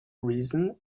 reason